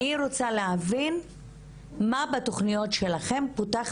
אני רוצה להבין מה בתוכניות שלכם פותח